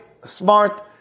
smart